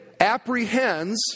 apprehends